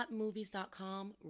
HotMovies.com